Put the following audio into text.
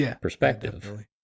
perspective